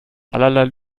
allerlei